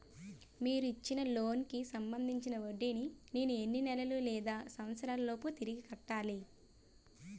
మీరు ఇచ్చిన లోన్ కి సంబందించిన వడ్డీని నేను ఎన్ని నెలలు లేదా సంవత్సరాలలోపు తిరిగి కట్టాలి?